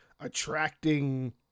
attracting